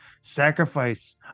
sacrifice